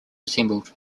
assembled